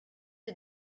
est